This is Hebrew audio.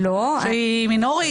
שהיא מינורית?